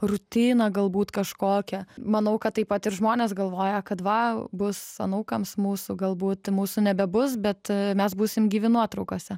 rutiną galbūt kažkokią manau kad taip pat ir žmonės galvoja kad va bus anūkams mūsų galbūt mūsų nebebus bet mes būsim gyvi nuotraukose